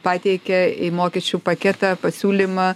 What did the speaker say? pateikė į mokesčių paketą pasiūlymą